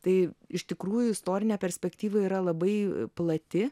tai iš tikrųjų istorinė perspektyva yra labai plati